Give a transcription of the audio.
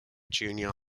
junior